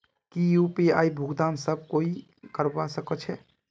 की यु.पी.आई भुगतान सब कोई ई करवा सकछै?